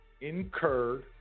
Incurred